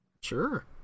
sure